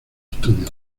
estudio